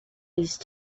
these